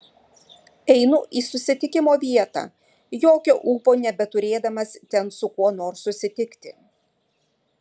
einu į susitikimo vietą jokio ūpo nebeturėdamas ten su kuo nors susitikti